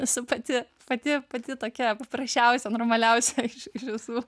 esu pati pati pati tokia paprasčiausia normaliausia iš iš visų